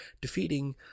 defeating